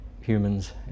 humans